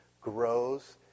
grows